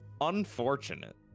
Unfortunate